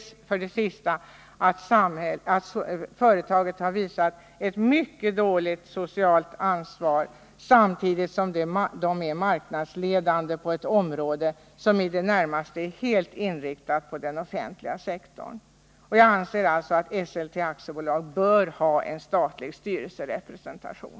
Slutligen har företaget visat ett mycket dåligt socialt ansvar samtidigt som det är marknadsledande på ett område som i det närmaste är helt inriktat på den offentliga sektorn. Jag anser alltså att Esselte AB bör ha en statlig styrelserepresentation.